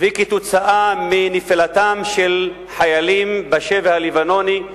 ובגלל נפילתם של חיילים בשבי הלבנוני,